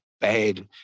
bad